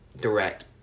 direct